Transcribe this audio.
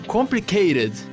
Complicated